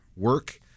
work